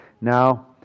now